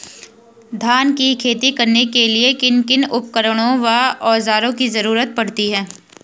धान की खेती करने के लिए किन किन उपकरणों व औज़ारों की जरूरत पड़ती है?